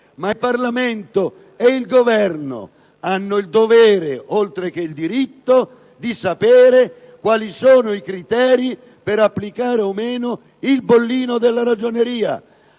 ma il Parlamento ed il Governo hanno il dovere, oltre che il diritto, di sapere quali sono i criteri previsti per l'applicazione del bollino della Ragioneria,